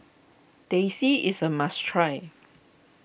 Teh C is a must try